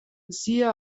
siehe